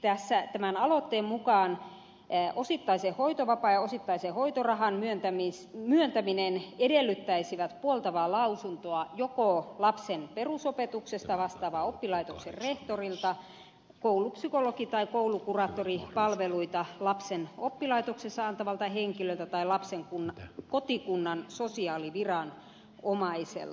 tämän aloitteen mukaan osittaisen hoitovapaa ja osittaisen hoitorahan myöntäminen edellyttäisivät puoltavaa lausuntoa joko lapsen perusopetuksesta vastaavan oppilaitoksen rehtorilta koulupsykologi tai koulukuraattoripalveluita lapsen oppilaitoksessa antavalta henkilöltä tai lapsen kotikunnan sosiaaliviranomaiselta